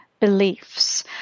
Beliefs